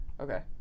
Okay